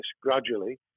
gradually